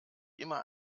immer